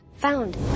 found